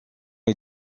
est